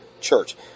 church